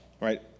Right